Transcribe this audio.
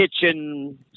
kitchen